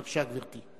בבקשה, גברתי.